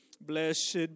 Blessed